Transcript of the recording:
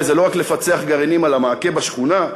זה לא רק לפצח גרעינים על המעקה בשכונה,